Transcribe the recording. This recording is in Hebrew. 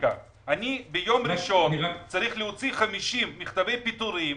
ביום ראשון אני צריך להוציא 50 מכתבי פיטורין,